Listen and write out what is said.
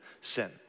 sin